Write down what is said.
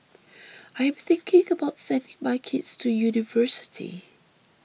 I am thinking about sending my kids to university